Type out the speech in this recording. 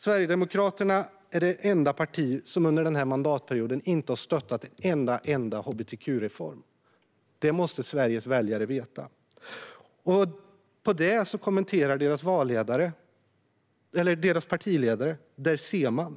Sverigedemokraterna är det enda partiet som under den här mandatperioden inte har stöttat en enda hbtq-reform. Det måste Sveriges väljare veta. Detta kommenterar Sverigedemokraternas partiledare med ett "där ser man".